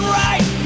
right